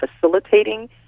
facilitating